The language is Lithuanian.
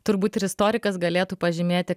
turbūt ir istorikas galėtų pažymėti